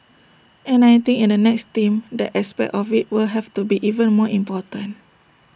and I think in the next team that aspect of IT will have to be even more important